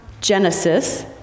Genesis